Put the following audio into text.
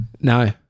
No